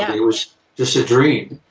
and it was just a dream,